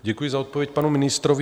Děkuji za odpověď panu ministrovi.